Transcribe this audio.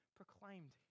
proclaimed